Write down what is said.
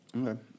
Okay